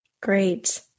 Great